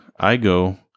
Igo